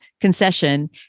concession